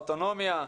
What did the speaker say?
האוטונומיה,